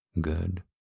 good